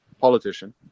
politician